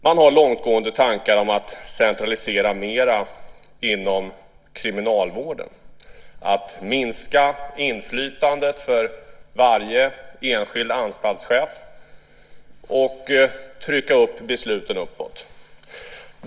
Man har långtgående tankar om att centralisera mera inom kriminalvården, att minska inflytandet för varje enskild anstaltschef och att trycka besluten uppåt.